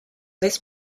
this